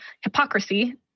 hypocrisy